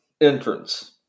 entrance